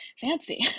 fancy